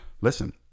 listen